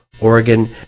Oregon